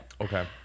Okay